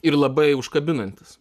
ir labai užkabinantis